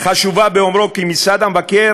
חשובה באומרו כי משרד המבקר